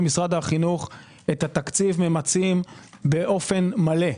החינוך את התקציב ממצים באופן מלא.